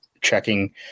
checking